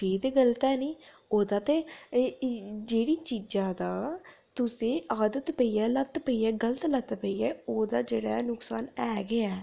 फ्ही ते गलत है निं ओह्दा ते जेह्ड़ी चीजै दी तुसें ई आदत पेई जा लत्त पेई जा गलत लत्त पेई जा ओह्दा जेह्ड़ा नुक्सान है गै ऐ